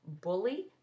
Bully